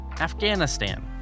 Afghanistan